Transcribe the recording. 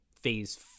Phase